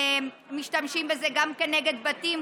משתמשים בזה גם כנגד בתים,